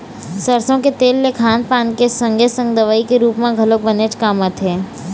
सरसो के तेल के खान पान के संगे संग दवई के रुप म घलोक बनेच काम आथे